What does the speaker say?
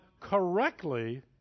correctly